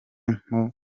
nko